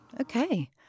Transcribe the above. Okay